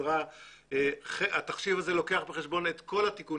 ואני חושב שגם בתוך הדיון הזה שמעתי